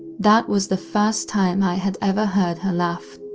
that was the first time i had ever heard her laugh,